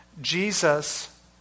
Jesus